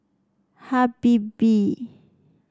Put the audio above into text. Habibie